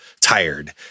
tired